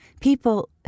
People